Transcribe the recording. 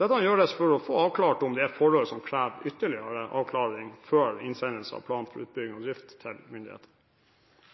Dette gjøres for å få avklart om det er forhold som krever ytterligere avklaring før innsendelse av plan for utbygging og